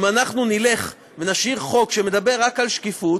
אם אנחנו נלך ונשאיר חוק שמדבר רק על שקיפות,